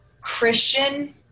Christian